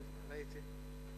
ראיתי.